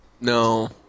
No